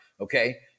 Okay